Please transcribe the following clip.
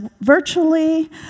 virtually